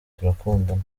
turakundana